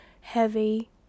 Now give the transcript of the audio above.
heavy